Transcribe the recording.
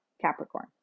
Capricorn